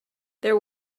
there